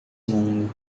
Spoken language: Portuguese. mundo